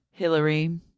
Hillary